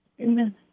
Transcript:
Amen